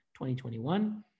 2021